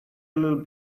little